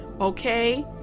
Okay